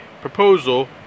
proposal